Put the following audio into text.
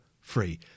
free